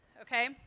okay